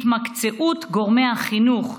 התמקצעות גורמי החינוך,